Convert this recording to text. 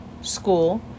school